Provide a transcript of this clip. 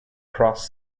cross